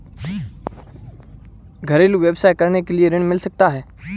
घरेलू व्यवसाय करने के लिए ऋण मिल सकता है?